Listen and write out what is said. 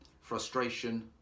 frustration